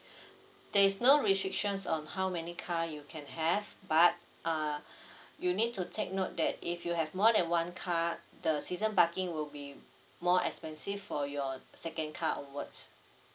there is no restrictions on how many car you can have but uh you need to take note that if you have more than one car the season parking will be more expensive for your second car onwards